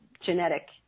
genetic